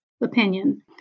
opinion